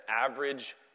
average